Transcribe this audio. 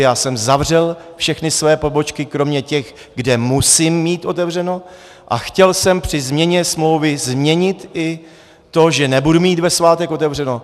Já jsem zavřel všechny svoje pobočky kromě těch, kde musím mít otevřené, a chtěl jsem při změně smlouvy změnit i to, že nebudu mít ve svátek otevřeno.